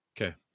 Okay